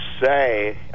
say